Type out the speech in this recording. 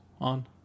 on